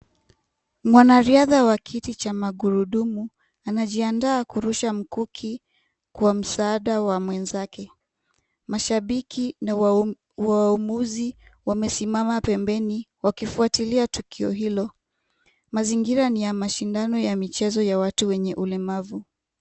Mwanariadha wa kiti cha magurudumu anajiandaa kurusha mkuki kwa msaada wa mwenzake. Mashabiki na waamuzi wamesimama pembeni wakifuatilia tukio hilo, mazingira ni ya mashindano ya michezo ya watu wenye ulemavu.